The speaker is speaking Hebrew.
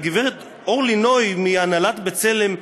הגברת אורלי נוי מהנהלת "בצלם"